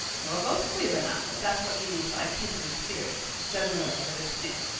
you're both queer enough, if that's what you mean by kindred spirits, said marilla with a sniff.